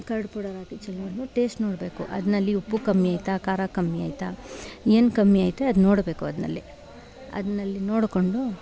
curd powder ಹಾಕಿ ಚೆಲುವನ್ನು taste ನೋಡಬೇಕು ಅದ್ರಲ್ಲಿ ಉಪ್ಪು ಕಮ್ಮಿ ಆಯ್ತ ಖಾರ ಕಮ್ಮಿ ಆಯ್ತ ಏನು ಕಮ್ಮಿ ಐತೆ ಅದು ನೋಡಬೇಕು ಅದ್ರಲ್ಲಿ ಅದ್ರಲ್ಲಿ ನೋಡ್ಕೊಂಡು